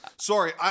Sorry